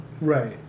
Right